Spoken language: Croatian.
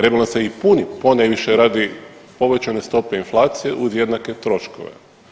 Rebalans se i puni ponajviše radi povećane stope inflacije uz jednake troškove.